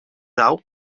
dau